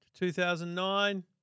2009